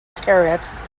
tariffs